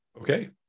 Okay